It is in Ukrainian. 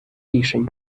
рішень